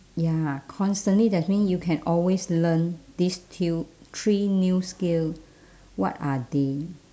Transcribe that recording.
ya constantly that mean you can always learn these till three new skill what are they